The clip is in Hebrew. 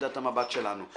מנקודת המבט שלנו.